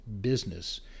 business